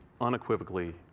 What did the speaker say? unequivocally